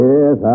Yes